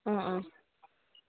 অঁ অঁ